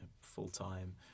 full-time